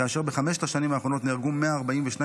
כאשר בחמש השנים האחרונות נהרגו 142